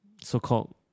so-called